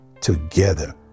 together